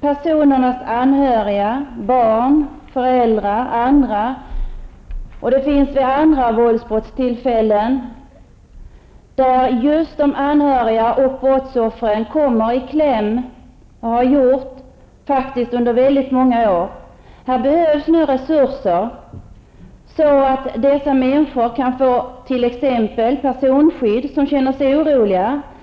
brottsoffrens anhöriga, barn, föräldrar och andra, i kläm -- det har de gjort under många år. Här behövs nu resurser så att de människor som känner sig oroliga kan få t.ex. personskydd.